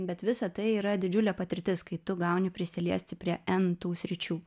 bet visa tai yra didžiulė patirtis kai tu gauni prisiliesti prie n tų sričių